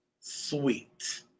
sweet